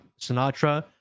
Sinatra